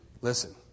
Listen